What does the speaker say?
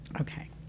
Okay